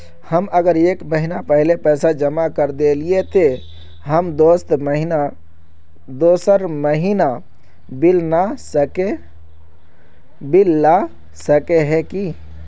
हम अगर एक महीना पहले पैसा जमा कर देलिये ते हम दोसर महीना बिल ला सके है की?